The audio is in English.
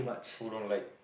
who don't like